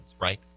right